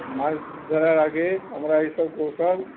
মাছ ধরার আগে আমরা এইসব কৌশল